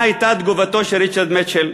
מה הייתה תגובתו של ריצ'רד מיטשל,